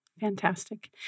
fantastic